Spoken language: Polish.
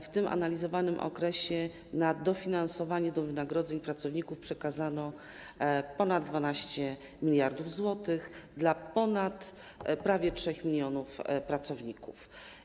W tym analizowanym okresie na dofinansowanie wynagrodzeń pracowników przekazano ponad 12 mld zł dla prawie 3 mln pracowników.